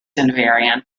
invariant